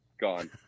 Gone